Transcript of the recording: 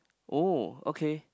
oh okay